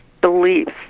beliefs